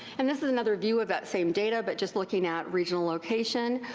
and this is another view of that same data but just looking at regional location.